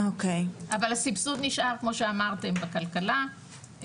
אבל הסבסוד נשאר כמו שאמרתם בכלכלה,